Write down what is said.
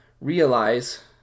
realize